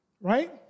Right